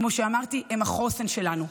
כמו שאמרתי, הם החוסן שלנו.